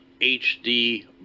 HD